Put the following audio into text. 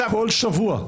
כל שבוע.